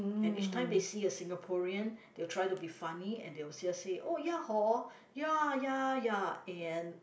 and each time they see a Singaporean they'll try to be funny and they'll just say oh ya hor ya ya ya and